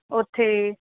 ਉੱਥੇ